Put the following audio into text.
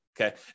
okay